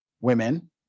women